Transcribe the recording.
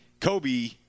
Kobe